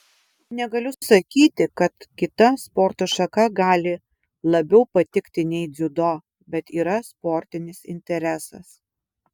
negaliu sakyti kad kita sporto šaka gali labiau patikti nei dziudo bet yra sportinis interesas